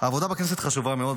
העבודה בכנסת חשובה מאוד,